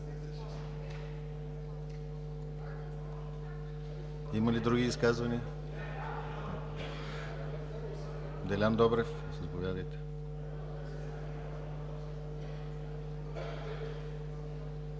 Има ли други изказвания? Делян Добрев, заповядайте.